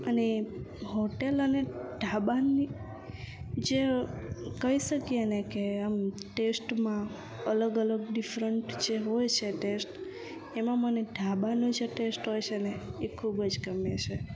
અને હોટલ અને ઢાબાની જે કહી શકીએ ને કે આમ ટેસ્ટમાં અલગ અલગ ડિફરન્ટ જે હોય છે ટેસ્ટ એમાં મને ધાબાનો ટેસ્ટ હોય છે ને એ ખૂબ જ ગમે છે